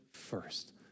first